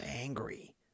angry